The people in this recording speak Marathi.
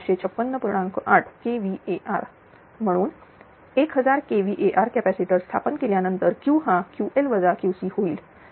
8 kVAr म्हणून1000 kVAr कॅपॅसिटर स्थापन केल्यानंतर Q हाQL QCहोईल